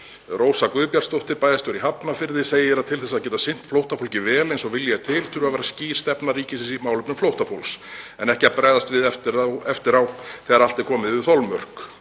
„Rósa Guðbjartsdóttir, bæjarstjóri í Hafnarfirði, segir að til þess að geta sinnt flóttafólki vel eins og vilji er til þurfi að vera skýr stefna ríkisins í málefnum flóttafólks „en ekki að bregðast við eftir á þegar allt er komið yfir þolmörk“.